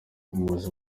abayobozi